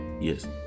yes